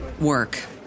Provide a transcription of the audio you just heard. work